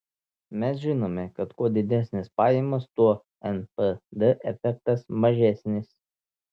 mes žinome kad kuo didesnės pajamos tuo npd efektas mažesnis